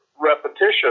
repetition